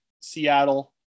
Seattle